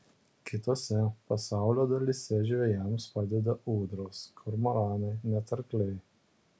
kitose pasaulio dalyse žvejams padeda ūdros kormoranai net arkliai